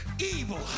evil